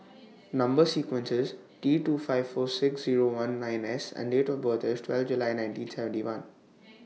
Number sequence IS T two five four six Zero one nine S and Date of birth IS twelfth July nineteen seventy one